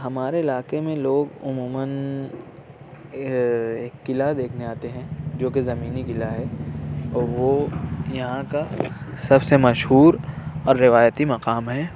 ہمارے علاقے میں لوگ عموماً ایک قلعہ دیکھنے آتے ہیں جوکہ زمینی قلعہ ہے اور وہ یہاں کا سب سے مشہور اور روایتی مقام ہے